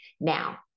Now